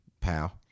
pal